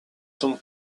tombe